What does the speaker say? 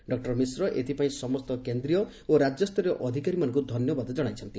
doctor Mishra ଏଥ୍ପାଇଁ ସମସ୍ତ କେସ୍ରୀୟ ଓ ରାଜ୍ୟସ୍ତରୀୟ ଅଧିକାରୀମାନଙ୍କୁ ଧନ୍ୟବାଦ ଜଣାଇଛନ୍ତି